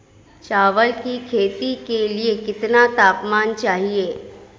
चावल की खेती के लिए कितना तापमान चाहिए?